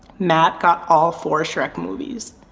matt got all four shrek movies.